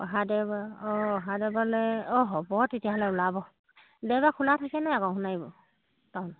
অহা দেওবাৰ অঁ অহা দেওবাৰলৈ অঁ হ'ব তেতিয়াহ'লে ওলাব দেওবাৰে খোলা থাকেনে আকৌ সোণাৰি টাউন